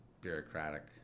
bureaucratic